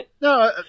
No